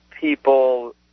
people